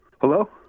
Hello